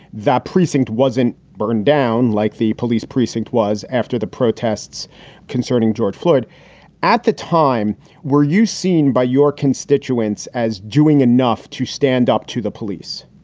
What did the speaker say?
the precinct wasn't burned down like the police precinct was after the protests concerning george flurried at the time were you seen by your constituents as doing enough to stand up to the police?